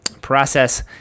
process